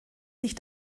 sich